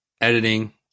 Editing